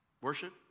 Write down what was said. worship